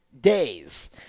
days